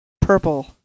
Purple